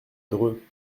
dreux